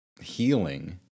healing